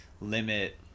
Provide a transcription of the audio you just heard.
limit